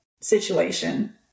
situation